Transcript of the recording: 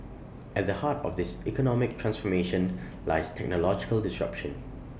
at the heart of this economic transformation lies technological disruption